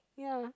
ya